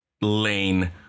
Lane